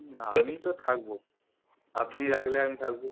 না আমি তো থাকবো আপনি রাখলে আমি থাকবো